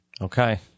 Okay